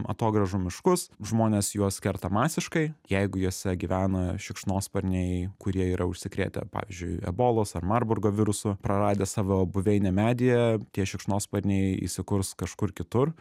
atogrąžų miškus žmonės juos kerta masiškai jeigu juose gyvena šikšnosparniai kurie yra užsikrėtę pavyzdžiui ebolos ar marburgo virusu praradę savo buveinę medyje tie šikšnosparniai įsikurs kažkur kitur